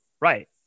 Right